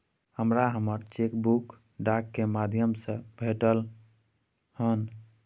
हमरा हमर cheque book डाक के माध्यम से भेटलय हन